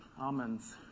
almonds